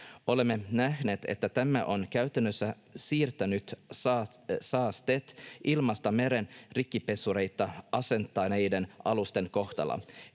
Olemme nähneet, että tämä on käytännössä siirtänyt saasteet ilmasta mereen rikkipesureita asentaneiden alusten kohdalla